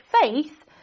faith